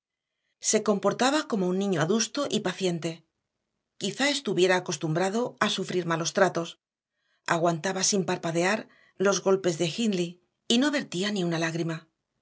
se comportaba como un niño adusto y paciente quizá estuviera acostumbrado a sufrir malos tratos aguantaba sin parpadear los golpes de hindley y no vertía ni una lágrima